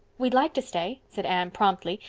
we'd like to stay, said anne promptly,